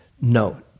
no